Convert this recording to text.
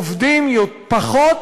עובדים פחות,